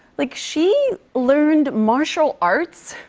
like, she learned martial arts.